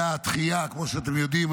כמו שאתם יודעים,